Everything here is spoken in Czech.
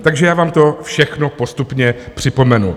Takže já vám to všechno postupně připomenu.